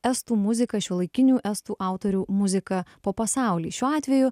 estų muziką šiuolaikinių estų autorių muziką po pasaulį šiuo atveju